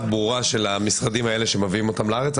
ברורה של המשרדים האלה שמביאים אותם לארץ,